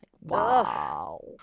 Wow